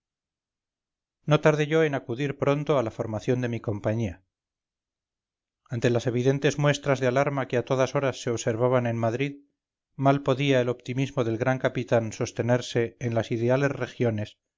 no tardé yo en acudir pronto a la formación de mi compañía ante las evidentes muestras de alarma que a todas horas se observaban en madrid malpodía el optimismo del gran capitán sostenerse en las ideales regiones